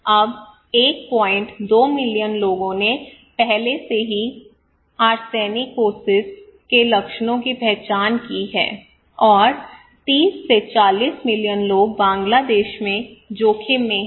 अब 12 मिलियन लोगों ने पहले से ही आर्सेनिकोसिस के लक्षणों की पहचान की है और 30 से 40 मिलियन लोग बांग्लादेश में जोखिम में हैं